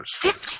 Fifty